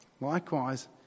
Likewise